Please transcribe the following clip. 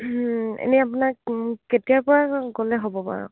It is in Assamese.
এনেই আপোনাক কেতিয়াৰপৰা গ'লে হ'ব বাৰু